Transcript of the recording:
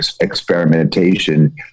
experimentation